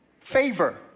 Favor